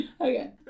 okay